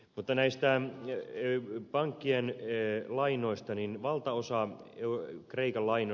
mutta näistä pankkien lainoista niin valtaosa eulle kreikan laina